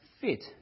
fit